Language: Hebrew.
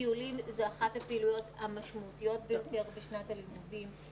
טיולים הם אחת הפעילויות המשמעותיות ביותר בשנת הלימודים,